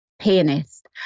pianist